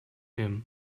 him